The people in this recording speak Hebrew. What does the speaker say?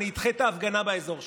אני אדחה את ההפגנה באזור שלך.